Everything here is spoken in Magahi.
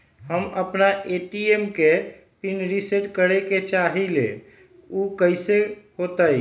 हम अपना ए.टी.एम के पिन रिसेट करे के चाहईले उ कईसे होतई?